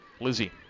Lizzie